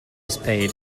spade